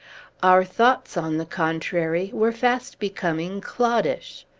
our thoughts, on the contrary, were fast becoming cloddish.